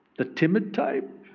the timid type,